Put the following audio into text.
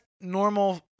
normal